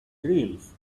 dreams